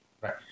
right